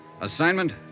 Assignment